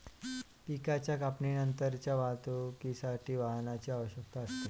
पिकाच्या कापणीनंतरच्या वाहतुकीसाठी वाहनाची आवश्यकता असते